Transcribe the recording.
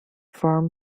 firm